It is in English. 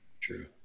True